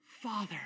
Father